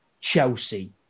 Chelsea